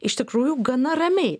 iš tikrųjų gana ramiai